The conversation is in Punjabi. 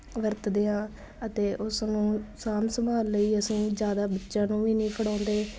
ਵਰਤਦੇ ਹਾਂ ਅਤੇ ਉਸ ਨੂੰ ਸਾਂਭ ਸੰਭਾਲ ਲਈ ਅਸੀਂ ਜ਼ਿਆਦਾ ਬੱਚਿਆਂ ਨੂੰ ਵੀ ਨਹੀਂ ਫੜਾਉਂਦੇ